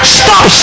stop